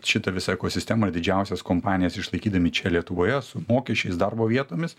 šitą visą ekosistemą didžiausias kompanijas išlaikydami čia lietuvoje su mokesčiais darbo vietomis